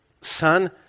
Son